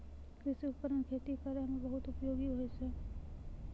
कृषि उपकरण खेती करै म बहुत उपयोगी होय छै